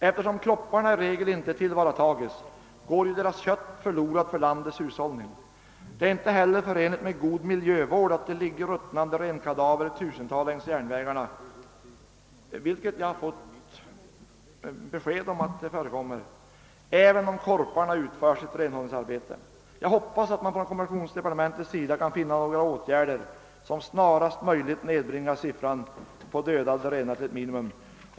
Eftersom renkropparna i regel sedan inte tillvaratas går deras kött förlorat för landets hushållning. Det är inte heller förenligt med god miljövård att det ligger ruttnande renkadaver i tusental längs järnvägarna — jag har fått besked om att detta kan förekomma — även om korparna utför sitt renhållningsarbete. Jag hoppas att man i kommunikationsdepartementet kan finna på några åtgärder som snarast möjligt nedbringar siffran på dödade renar till ett minimum.